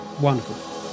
Wonderful